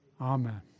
Amen